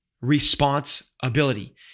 Responsibility